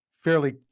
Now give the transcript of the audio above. fairly